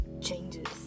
changes